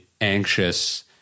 anxious